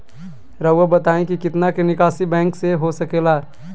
रहुआ बताइं कि कितना के निकासी बैंक से हो सके ला?